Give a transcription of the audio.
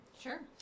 sure